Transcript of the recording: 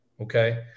Okay